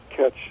catch